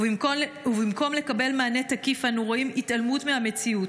ובמקום לקבל מענה תקיף אנו רואים התעלמות מהמציאות,